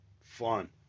fun